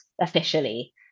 officially